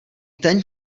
ten